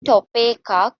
topeka